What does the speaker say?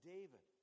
David